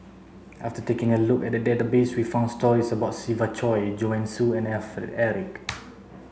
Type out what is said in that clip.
after taking a look at the database we found stories about Siva Choy Joanne Soo and Alfred Eric